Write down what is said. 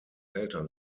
eltern